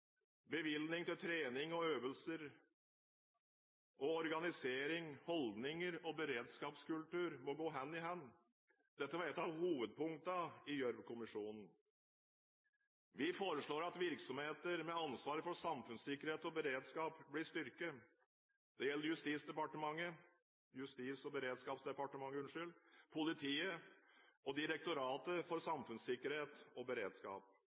til trening og øvelser – og organisering, holdninger og beredskapskultur – må gå hånd i hånd. Dette var et av hovedpunktene til Gjørv-kommisjonen. Vi foreslår at virksomheter med ansvar for samfunnssikkerhet og beredskap blir styrket. Det gjelder Justis- og beredskapsdepartementet, politiet og Direktoratet for samfunnssikkerhet og beredskap.